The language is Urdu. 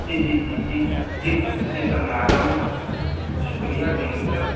جی جی جی جی جی جی سر میں آ جاؤں گا شکریہ تھینک یو سر